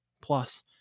plus